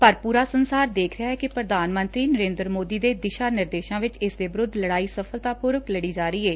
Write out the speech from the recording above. ਪਰ ਪੁਰਾ ਸੰਸਾਰ ਵੇਖ ਰਿਹਾ ਏ ਕਿ ਪ੍ਰਧਾਨ ਮੰਤਰੀ ਨਰੇਂਦਰ ਮੋਦੀ ਦੇ ਦਿਸ਼ਾ ਨਿਰਦੇਸ਼ਾਂ ਵਿਚ ਇਸਦੇ ਵਿਰੁਧ ਲੜਾਈ ਸਫਲਤਾਪੁਰਵਕ ਲੜੀ ਜਾ ਹੀ ਏ